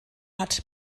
hat